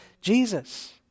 Jesus